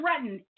threaten